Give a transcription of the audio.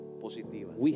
positivas